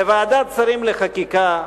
בוועדת שרים לחקיקה,